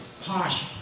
posh